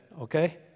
okay